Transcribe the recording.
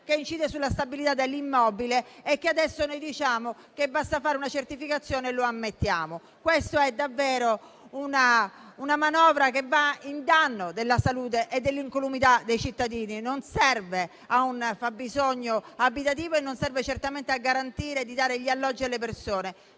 incidendo sulla stabilità dell'immobile, per i quali adesso noi diciamo che basta una certificazione per ammetterlo. È davvero una manovra che va ai danni della salute e dell'incolumità dei cittadini. Non serve al fabbisogno abitativo e nemmeno certamente a garantire gli alloggi alle persone.